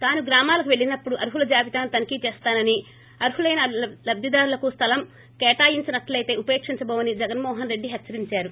తాను గ్రామాలకు పెళ్లినప్పుడు అర్హుల జాబితాను తనిఖీ చేస్తానని అర్హులైన లబ్దిదారులకు స్థలం కేటాయించనట్లెతే ఉపేక్షించబోమని జగన్మోహన్ రెడ్డి హెచ్చరించారు